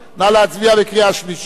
נא להצביע בקריאה שלישית.